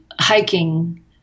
hiking